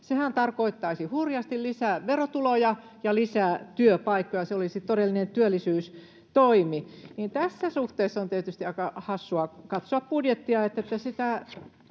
Sehän tarkoittaisi hurjasti lisää verotuloja ja lisää työpaikkoja. Se olisi todellinen työllisyystoimi. Tässä suhteessa on tietysti aika hassua katsoa budjettia.